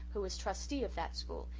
who is trustee of that school,